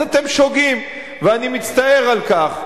אז אתם שוגים ואני מצטער על כך.